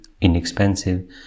inexpensive